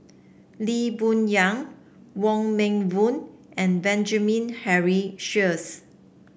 Lee Boon Yang Wong Meng Voon and Benjamin Henry Sheares